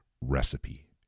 recipe